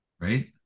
right